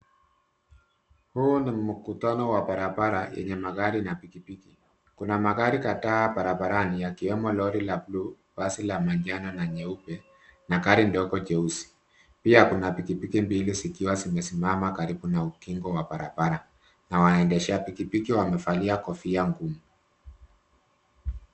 Huu ni mkutano wa barabara yenye magari na pikipiki, kuna magari kadhaa barabarani yakiwemo lori la bluu, basi la manjano na nyeupe na gari ndogo jeusi. Pia kuna pikipiki mbili zikiwa zimesimama karibu na ukingo wa barabara na waendesha pikipiki wamevalia kofia ngumu.